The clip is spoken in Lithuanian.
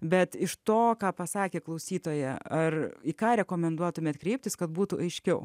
bet iš to ką pasakė klausytoją ar į ką rekomenduotumėte kreiptis kad būtų aiškiau